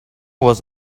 was